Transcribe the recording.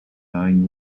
nine